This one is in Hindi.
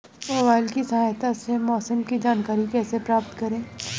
मोबाइल की सहायता से मौसम की जानकारी कैसे प्राप्त करें?